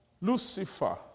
Lucifer